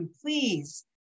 please